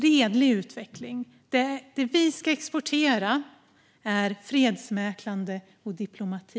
Det vi ska exportera är fredsmäklande och diplomati.